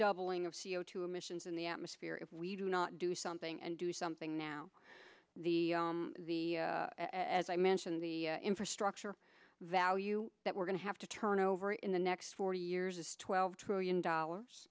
doubling of c o two emissions in the atmosphere if we do not do something and do something now the the as i mentioned the infrastructure value that we're going to have to turn over in the next four years is twelve trillion dollars